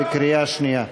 בקריאה שנייה.